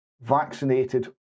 vaccinated